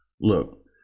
Look